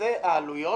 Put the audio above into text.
נושא העלויות.